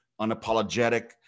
unapologetic